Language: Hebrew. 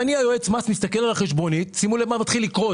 אני יועץ המס מסתכל על החשבונית ושימו לב מה מתחיל לקרות,